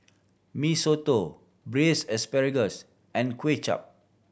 Mee Soto Braised Asparagus and Kway Chap